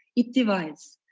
it divides.